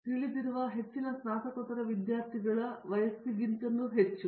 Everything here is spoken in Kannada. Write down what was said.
ನಿಮಗೆ ತಿಳಿದಿರುವ ಹೆಚ್ಚಿನ ಸ್ನಾತಕೋತ್ತರ ವಿದ್ಯಾರ್ಥಿಗಳ ವಯಸ್ಸಿಗಿಂತ ಹೆಚ್ಚು